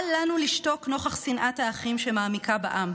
אל לנו לשתוק נוכח שנאת האחים שמעמיקה בעם.